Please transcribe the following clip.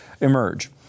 emerge